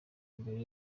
mbere